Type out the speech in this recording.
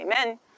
Amen